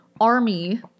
army